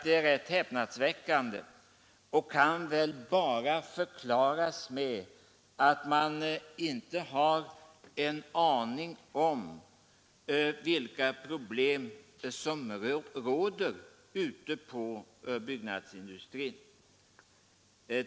Det är rätt häpnadsväckande och kan väl bara förklaras med att man inte har en aning om vilka problem som råder ute i byggnadsindustrin.